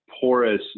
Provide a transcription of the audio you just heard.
porous